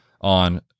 on